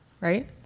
right